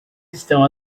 estão